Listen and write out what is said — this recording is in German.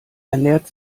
ernährt